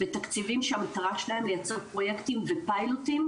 ותקציבים שהמטרה שלהם לייצר פרויקטים ופיילוטים,